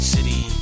City